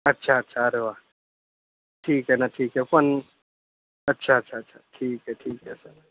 अच्छा अच्छा अरे वा ठीक आहे ना ठीक आहे पण अच्छा अच्छा अच्छा ठीक आहे ठीक आहे सर